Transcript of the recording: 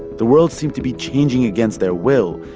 the world seemed to be changing against their will,